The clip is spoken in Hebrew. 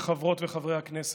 חברות וחברי הכנסת,